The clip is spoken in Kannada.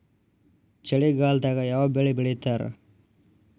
ಚಳಿಗಾಲದಾಗ್ ಯಾವ್ ಬೆಳಿ ಬೆಳಿತಾರ?